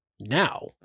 now